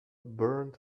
burned